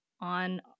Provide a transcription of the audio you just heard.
on